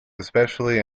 especially